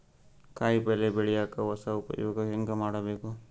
ಕಾಯಿ ಪಲ್ಯ ಬೆಳಿಯಕ ಹೊಸ ಉಪಯೊಗ ಹೆಂಗ ಮಾಡಬೇಕು?